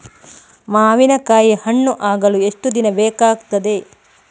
ಮಾವಿನಕಾಯಿ ಹಣ್ಣು ಆಗಲು ಎಷ್ಟು ದಿನ ಬೇಕಗ್ತಾದೆ?